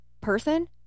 person